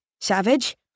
Savage